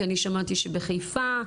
כי אני שמעתי שבחיפה.